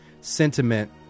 sentiment